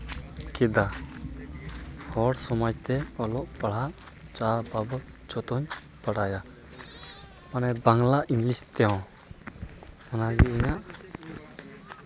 ᱠᱮᱫᱟ ᱦᱚᱲ ᱥᱚᱢᱟᱡᱽ ᱛᱮ ᱚᱞᱚᱜ ᱯᱟᱲᱦᱟᱜ ᱡᱟ ᱵᱟᱵᱚᱛ ᱡᱚᱛᱚᱧ ᱵᱟᱲᱟᱭᱟ ᱢᱟᱱᱮ ᱵᱟᱝᱞᱟ ᱤᱝᱞᱤᱥ ᱛᱮᱦᱚᱸ ᱚᱱᱟᱜᱮ ᱤᱧᱟᱹᱜ